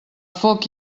foc